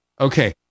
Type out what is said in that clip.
Okay